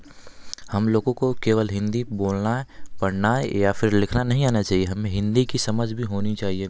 हम लोगों को केवल हिंदी बोलना पढ़ना या फिर लिखना नहीं आना चाहिए हमें हिंदी की समझ भी होनी चाहिए